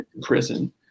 prison